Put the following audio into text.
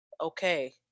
okay